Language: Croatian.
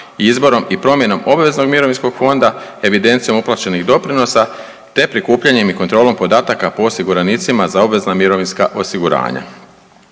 izborom i promjenom obveznog mirovinskog fonda evidencijom uplaćenih doprinosa, te prikupljanjem i kontrolom podataka po osiguranicima za obvezna mirovinska osiguranja.